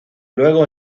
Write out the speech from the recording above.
luego